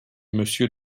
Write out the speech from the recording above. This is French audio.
monsieur